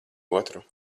otru